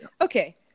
Okay